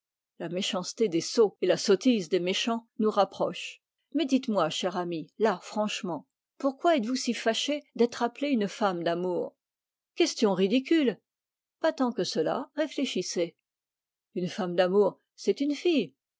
la méchanceté des sots et la sottise des méchants nous rapprochent mais dites-moi chère amie là franchement pourquoi êtes-vous si fâchée d'être appelée une femme d'amour question ridicule pas tant que cela réfléchissez une femme d'amour c'est une fille